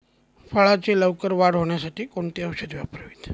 फळाची लवकर वाढ होण्यासाठी कोणती औषधे वापरावीत?